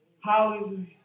Hallelujah